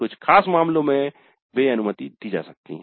कुछ खास मामलों में वे अनुमति दी जा सकती हैं